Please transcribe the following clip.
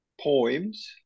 poems